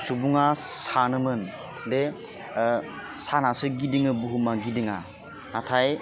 सुबुङा सानोमोन दे सानासो गिदिङो बुहुमा गिदिङा नाथाय